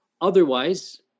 Otherwise